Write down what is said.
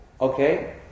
Okay